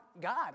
God